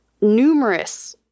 numerous